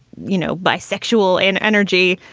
you know, bisexual and energy.